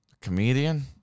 comedian